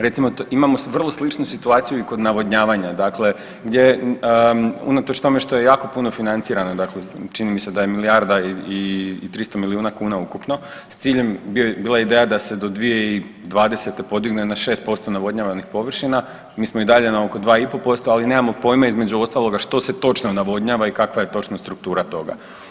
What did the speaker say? Recimo, imamo vrlo sličnu situaciju i kod navodnjavanja, dakle gdje je unatoč tome što je jako puno financirano, dakle čini mi se da je milijarda i 300 milijuna kuna ukupno s ciljem, bila je ideja da se do 2020. podigne na 6% navodnjavanih površina, mi smo i dalje na oko 2,5%, ali nemamo pojma između ostaloga što se točno navodnjava i kakva je točno struktura toga.